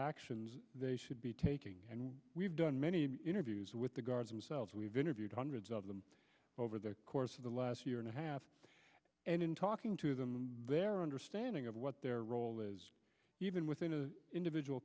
actions they should be taking and we've done many interviews with the guards themselves we've interviewed hundreds of them over the course of the last year and a half and in talking to them their understanding of what their role is even within a individual